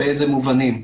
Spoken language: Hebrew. באיזה מובנים,